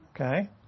Okay